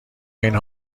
این